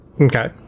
Okay